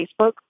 Facebook